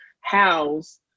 house